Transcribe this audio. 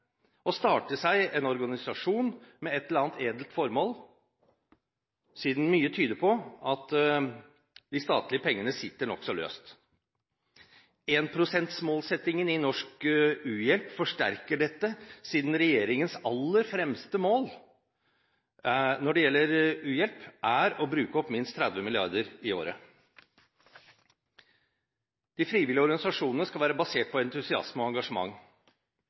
å starte en organisasjon som har et eller annet edelt formål, siden mye tyder på at de statlige pengene sitter nokså løst. 1 pst.-målsettingen i norsk u-hjelp forsterker dette, siden regjeringens aller fremste mål når det gjelder u-hjelp, er å bruke opp minst 30 mrd. kr i året. De frivillige organisasjonene skal være basert på entusiasme og engasjement.